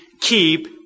keep